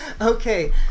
Okay